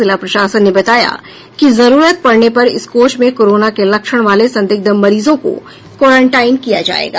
जिला प्रशासन ने बताया कि जरूरत पड़ने पर इस कोच में कोरोना लक्षण वाले संदिग्ध मरीजों को क्वारंटाइन किया जायेगा